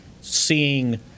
seeing